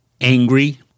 angry